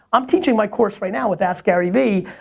i'm teaching my course right now with askgaryvee.